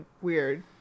weird